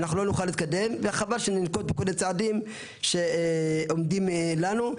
אנחנו לא נוכל להתקדם וחבל שננקוט בכל מיני צעדים שעומדים לנו.